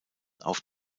auf